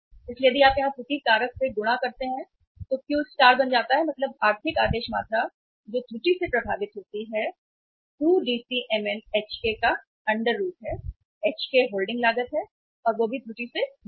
इसलिए यदि आप यहां त्रुटि कारक से गुणा करते हैं तो Q स्टार बन जाता है मतलब आर्थिक आदेश मात्रा जो त्रुटि से प्रभावित होती है 2DCmn Hk की अंडर रूट Hkहोल्डिंग लागत है और वह भी त्रुटि से भरा है